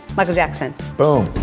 michael jackson boom